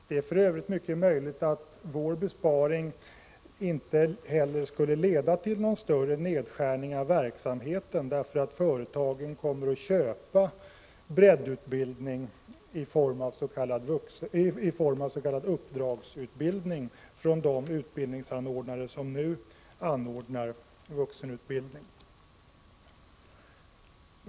Det är för övrigt mycket möjligt att vår besparing inte heller skulle leda till någon större nedskärning av verksamheten, därför att företagen kommer att köpa breddutbildning i form av s.k. uppdragsutbildning från de utbildningsanordnare som nu anordnar vuxenutbildning.